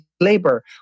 Labor